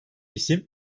isim